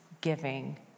giving